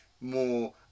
more